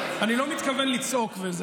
אני לא מתכוון לצעוק.